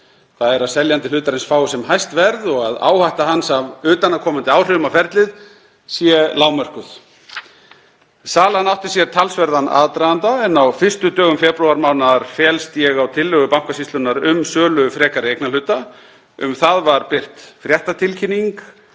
þ.e. að seljandi hlutarins fái sem hæst verð og að áhætta hans af utanaðkomandi áhrifum á ferlið sé lágmörkuð. Salan átti sér talsverðan aðdraganda en á fyrstu dögum febrúarmánaðar féllst ég á tillögu Bankasýslunnar um sölu frekari eignarhluta. Um það var birt fréttatilkynning,